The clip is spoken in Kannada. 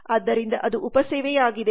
ಆದ್ದರಿಂದ ಅದು ಉಪ ಸೇವೆಯಾಗಿದೆ